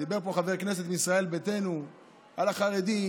דיבר פה חבר כנסת מישראל ביתנו על החרדים,